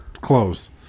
close